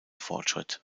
fortschritt